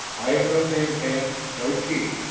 i am no nantan, no chief.